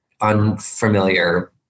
Unfamiliar